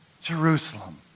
Jerusalem